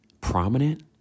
prominent